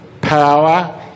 power